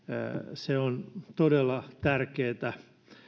se on todella tärkeätä